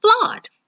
flawed